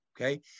Okay